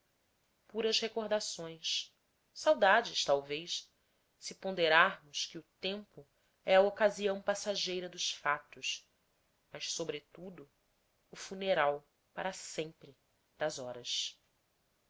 puras recordações saudades talvez se ponderarmos que o tempo é a ocasião passageira dos fatos mas sobretudo o funeral para sempre das horas